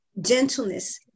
gentleness